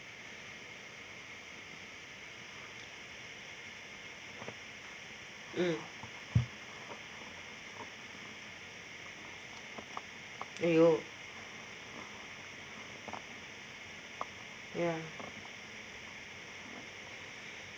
mm !aiyo! ya